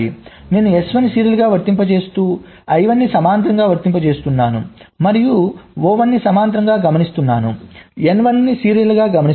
నేను S1 సీరియల్గా వర్తింపజేస్తూ I1 ని సమాంతరంగా వర్తింపజేస్తున్నాను మరియు O1 ని సమాంతరంగా గమనిస్తున్నాను N1 సీరియల్గా గమనిస్తున్నాను